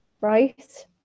right